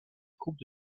courbe